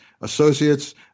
associates